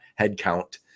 headcount